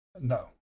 No